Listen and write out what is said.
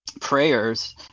prayers